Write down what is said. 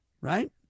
right